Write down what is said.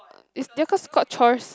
is there cause called chores